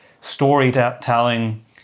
storytelling